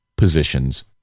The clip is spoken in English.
positions